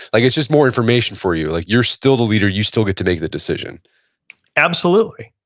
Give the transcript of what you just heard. like it's just more information for you, like you're still the leader, you still get to make the decision absolutely.